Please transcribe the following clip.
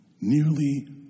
Nearly